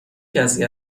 کسی